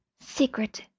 secret